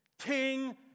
King